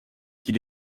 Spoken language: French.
qu’il